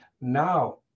Now